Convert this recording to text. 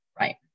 Right